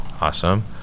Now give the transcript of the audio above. awesome